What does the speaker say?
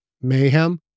Mayhem